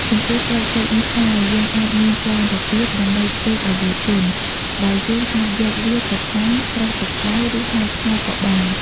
ចំពោះស្លឹកចេកនេះដែរ យើងអាចមានច្រើនរបៀបដើម្បីធ្វើអោយវាទន់ ដោយយើងអាចយកវាទៅអាំង ស្រុះទឹកក្ដៅ ឬ ហាលថ្ងៃក៏បាន។